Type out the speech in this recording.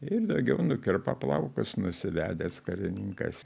ir daugiau nukirpo plaukus nusivedęs karininkas